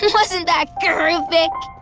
yeah wasn't that grr-iffic?